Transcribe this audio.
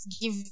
give